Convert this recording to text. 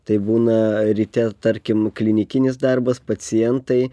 tai būna ryte tarkim klinikinis darbas pacientai